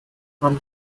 haben